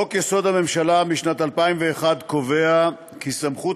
חוק-יסוד: הממשלה משנת 2001 קובע כי סמכות